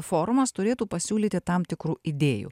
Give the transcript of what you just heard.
forumas turėtų pasiūlyti tam tikrų idėjų